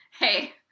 Hey